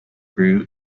grew